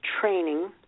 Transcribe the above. training